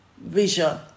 vision